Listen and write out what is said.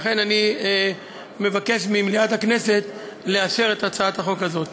לכן אני מבקש ממליאת הכנסת לאשר את הצעת החוק הזאת.